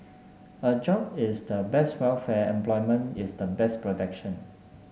a job is the best welfare employment is the best protection